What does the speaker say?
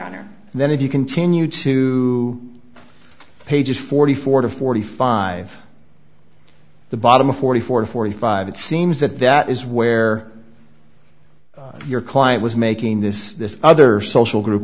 honor and then if you continue to pages forty four to forty five the bottom forty four forty five it seems that that is where your client was making this other social group